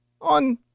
on